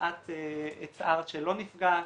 את הצהרת שלא נפגשת,